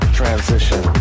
Transition